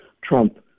Trump